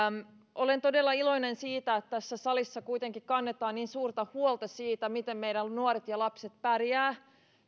olen todella iloinen siitä että tässä salissa kuitenkin kannetaan niin suurta huolta siitä miten meidän nuoret ja lapset pärjäävät